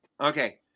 Okay